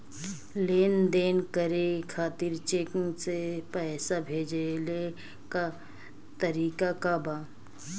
लेन देन करे खातिर चेंक से पैसा भेजेले क तरीकाका बा?